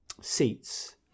seats